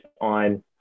on